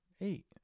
Eight